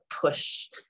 push